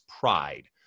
pride